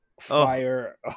fire